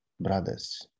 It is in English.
brothers